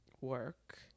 work